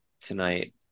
tonight